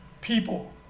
people